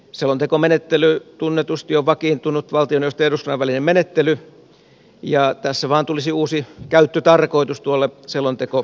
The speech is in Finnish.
selontekomenettely tunnetusti on vakiintunut valtioneuvoston ja eduskunnan välinen menettely ja tässä vaan tulisi uusi käyttötarkoitus tuolle selontekomenettelylle